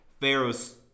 Pharaoh's